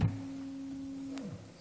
מי יוותר על פינדרוס?